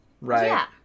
Right